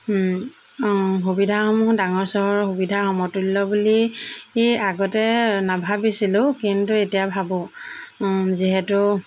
অঁ সুবিধাসমূহ ডাঙৰ চহৰৰ সুবিধাৰ সমতুল্য বুলি আগতে নাভাবিছিলোঁ কিন্তু এতিয়া ভাবোঁ যিহেতু